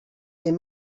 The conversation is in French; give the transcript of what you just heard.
est